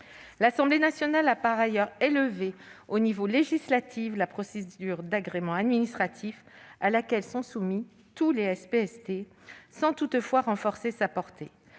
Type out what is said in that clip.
L'Assemblée nationale a par ailleurs élevé au niveau législatif la procédure d'agrément administratif à laquelle sont soumis tous les SPST, sans toutefois renforcer sa portée.